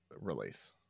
release